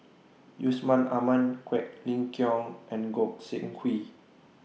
Yusman Aman Quek Ling Kiong and Goi Seng Hui